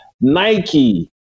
Nike